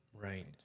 Right